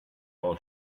all